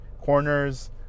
corners